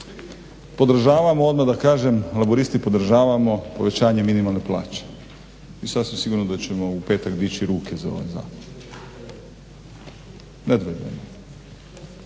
podržavamo odmah da kažem, laburisti podržavamo povećanje minimalne plaće i sasvim sigurno da ćemo u petak dići ruke za ovaj zakon, nedvojbeno,